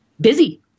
busy